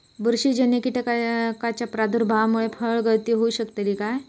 बुरशीजन्य कीटकाच्या प्रादुर्भावामूळे फळगळती होऊ शकतली काय?